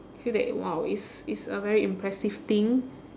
feel that !wow! it's it's a very impressive thing